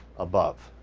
above.